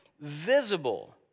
visible